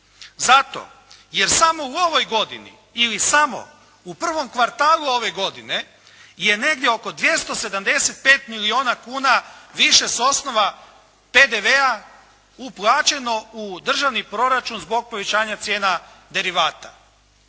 zato jer samo u ovoj godini ili samo u prvom kvartalu ove godine je negdje oko 275 milijuna kuna više, s osnova PDV-a uplaćeno u državni proračun zbog povećanja cijena derivata,